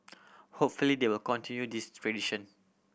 hopefully they will continue this tradition